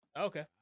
Okay